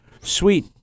sweet